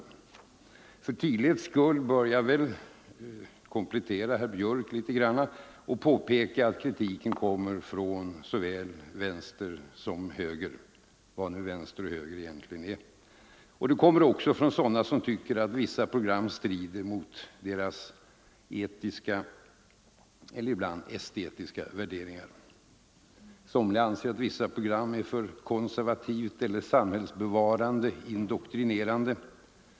Men för tydlighetens skull bör jag väl ändå komplettera vad herr Björck i Nässjö sade och påpeka att kritiken kommer från såväl vänster som höger - vad nu vänster och höger egentligen är. Och den kommer också från människor som tycker att vissa program strider mot deras etiska och ibland estetiska värderingar. Somliga anser att vissa program är för konservativt eller samhällsbevarande indoktrinerande.